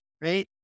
right